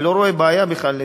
אני לא רואה בעיה בכלל.